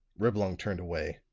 reblong turned away,